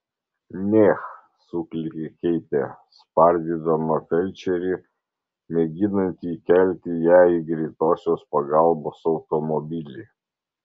neh suklykė keitė spardydama felčerį mėginantį įkelti ją į greitosios pagalbos automobilį